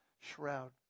shroud